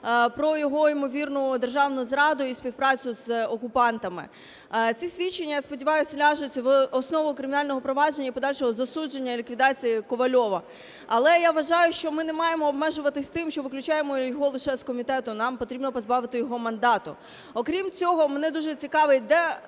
про його ймовірну державну зраду і співпрацю з окупантами. Ці свідчення, я сподіваюсь, ляжуть в основу кримінального провадження і подальшого засудження, і ліквідації Ковальова. Але я вважаю, що ми не маємо обмежуватись тим, що виключаємо його лише з комітету - нам потрібно позбавити його мандату. Окрім цього, мене дуже цікавить, де